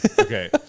Okay